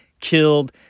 killed